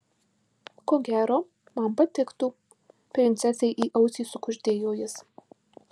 ko gero man patiktų princesei į ausį sukuždėjo jis